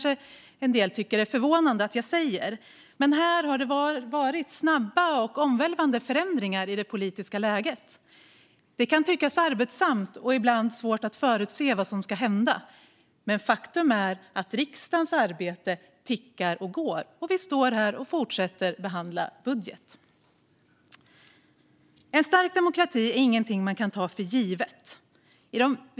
En del blir kanske förvånade över att jag säger så, men här har skett snabba och omvälvande förändringar i det politiska läget. Det kan tyckas arbetsamt, och det kan ibland vara svårt att förutse vad som ska hända. Men faktum är att riksdagens arbete tickar på, och vi står här och fortsätter att behandla budgeten. En stark demokrati är ingenting man kan ta för givet.